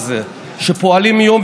זה לא בוסו.